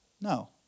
No